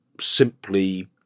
simply